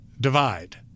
divide